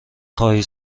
خواهی